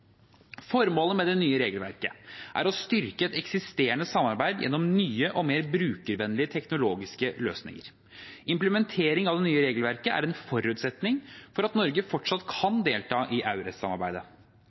Formålet med det nye regelverket er å styrke et eksisterende samarbeid gjennom nye og mer brukervennlige teknologiske løsninger. Implementering av det nye regelverket er en forutsetning for at Norge fortsatt